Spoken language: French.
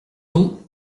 nous